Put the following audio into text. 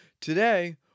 Today